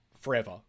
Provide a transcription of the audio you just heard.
forever